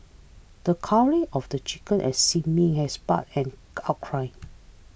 the culling of the chicken at Sin Ming had sparked an outcry